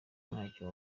ntacyo